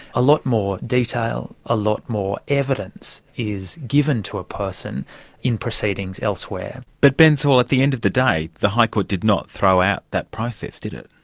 a lot more detail, a lot more evidence is given to a person in proceedings elsewhere. but ben saul, at the end of the day the high court did not throw out that process, did it?